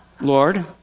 Lord